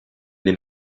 den